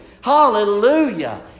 Hallelujah